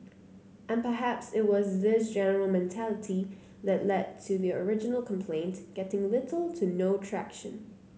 and perhaps it was this general mentality that lead to the original complaint getting little to no traction